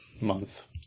month